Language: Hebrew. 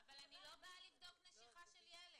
באה לבדוק נשיכות של ילד.